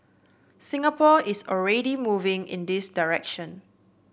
Singapore is already moving in this direction